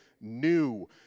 new